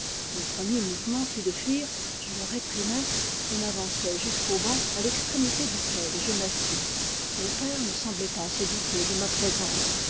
mon premier mouvement fut de fuir je le réprimai et m'avançai jusqu'au banc à l'extrémité duquel je m'assis mon père ne semblait pas se douter de ma présence